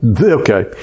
Okay